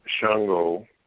Shango